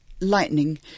lightning